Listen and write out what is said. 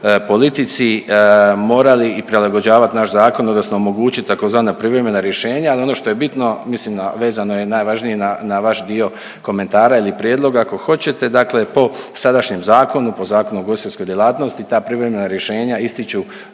politici morali prilagođavati naš zakon, odnosno omogućiti tzv. privremena rješenja, ali ono što je bitno, mislim, vezano je najvažnije na vaš dio komentara ili prijedloga, ako hoćete, dakle po sadašnjem zakonu, po Zakonu o ugostiteljskoj djelatnosti, ta privremena rješenja ističu